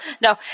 No